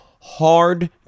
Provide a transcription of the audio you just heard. hard